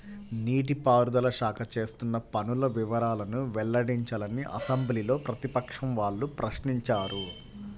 నీటి పారుదల శాఖ చేస్తున్న పనుల వివరాలను వెల్లడించాలని అసెంబ్లీలో ప్రతిపక్షం వాళ్ళు ప్రశ్నించారు